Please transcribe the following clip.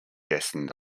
dessen